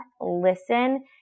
listen